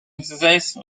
exercise